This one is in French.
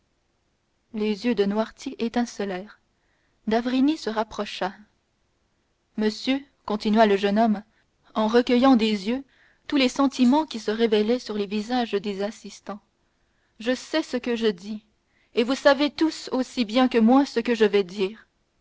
les yeux de noirtier étincelèrent d'avrigny se rapprocha monsieur continua le jeune homme en recueillant des yeux tous les sentiments qui se révélaient sur les visages des assistants je sais ce que je dis et vous savez tous aussi bien que moi ce que je vais dire